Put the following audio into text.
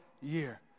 year